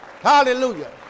Hallelujah